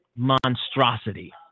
monstrosity